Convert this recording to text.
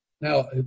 Now